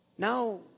Now